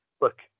Look